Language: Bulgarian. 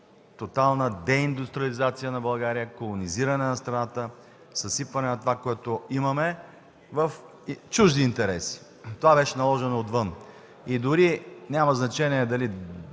тотална деиндустриализация на България, колонизиране на страната, съсипване на това, което имаме, в чужди интереси. Това беше наложено отвън. Дори няма значение дали